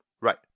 Right